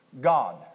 God